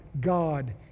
God